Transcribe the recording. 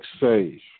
save